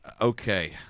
Okay